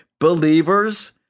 Believers